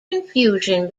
confusion